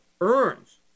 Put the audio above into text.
earns